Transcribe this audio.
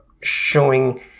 showing